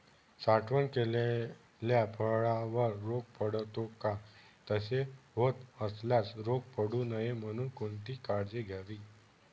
साठवण केलेल्या फळावर रोग पडतो का? तसे होत असल्यास रोग पडू नये म्हणून कोणती काळजी घ्यावी?